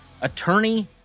attorney